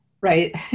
right